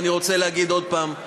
ואני רוצה להגיד עוד פעם,